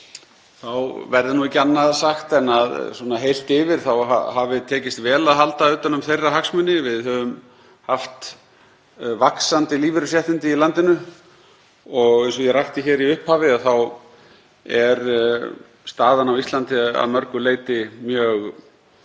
þá verði ekki annað sagt en að heilt yfir hafi tekist vel að halda utan um þeirra hagsmuni. Við höfum haft vaxandi lífeyrisréttindi í landinu og eins og ég rakti hér í upphafi er staðan á Íslandi að mörgu leyti mjög